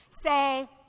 Say